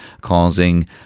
causing